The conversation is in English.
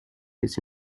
his